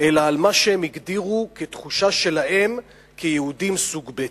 אלא על מה שהם הגדירו התחושה שלהם כיהודים סוג ב'.